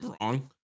wrong